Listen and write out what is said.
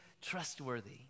trustworthy